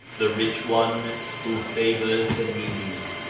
the rich one who favours the needy,